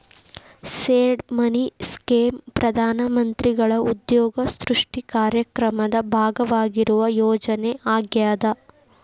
seed money scheme ಪ್ರಧಾನ ಮಂತ್ರಿಗಳ ಉದ್ಯೋಗ ಸೃಷ್ಟಿ ಕಾರ್ಯಕ್ರಮದ ಭಾಗವಾಗಿರುವ ಯೋಜನೆ ಆಗ್ಯಾದ